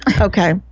Okay